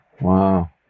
Wow